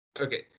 Okay